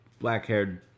black-haired